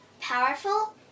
Powerful